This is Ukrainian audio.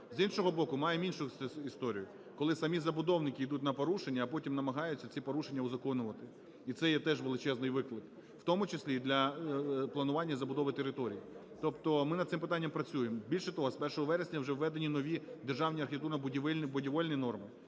З іншого боку, маємо іншу історію. Коли самі забудовники ідуть на порушення, а потім намагаються ці порушення узаконювати. І це є теж величезний виклик в тому числі і для планування, і забудови територій. Тобто ми над цим питанням працюємо. Більше того, з 1 вересня вже введені нові державні архітектурно-будівельні норми,